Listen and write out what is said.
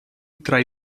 tra